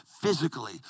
physically